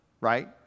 right